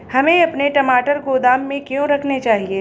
हमें अपने टमाटर गोदाम में क्यों रखने चाहिए?